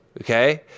okay